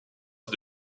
est